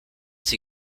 sie